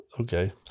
Okay